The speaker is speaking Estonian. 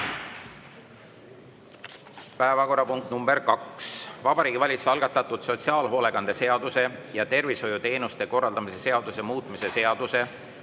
Päevakorrapunkt nr 2: Vabariigi Valitsuse algatatud sotsiaalhoolekande seaduse ja tervishoiuteenuste korraldamise seaduse muutmise seaduse